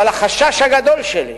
אבל החשש הגדול שלי,